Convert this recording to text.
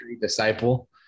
disciple